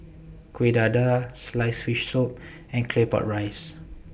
Kuih Dadar Sliced Fish Soup and Claypot Rice